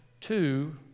two